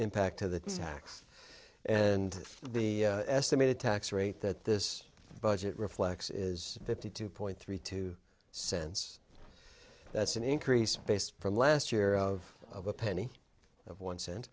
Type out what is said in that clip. impact to the stacks and the estimated tax rate that this budget reflects is fifty two point three two cents that's an increase based from last year of of a penny of one